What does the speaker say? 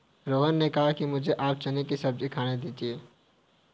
रोहन ने कहा कि मुझें आप चने की सब्जी खाने दीजिए